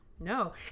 no